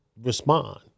respond